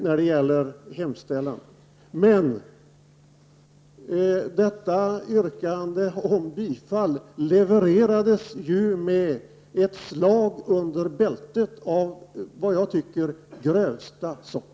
Men detta bifallsyrkande från moderaterna levererades med ett slag under bältet av, som jag tycker, grövsta sort.